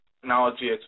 Technology